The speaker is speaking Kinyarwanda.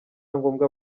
ngombwa